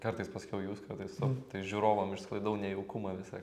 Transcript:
kartais pasakiau jūs kartais tu tai žiūrovam išsklaidau nejaukumą visą